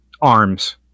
ARMS